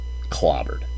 clobbered